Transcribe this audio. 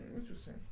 Interesting